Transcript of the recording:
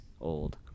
old